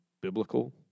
biblical